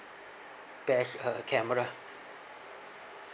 best uh camera